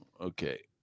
Okay